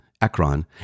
Akron